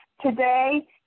today